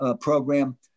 program